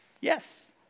Yes